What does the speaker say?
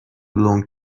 long